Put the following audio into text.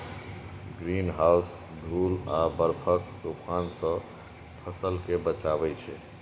greenhouse धूल आ बर्फक तूफान सं फसल कें बचबै छै